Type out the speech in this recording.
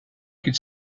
could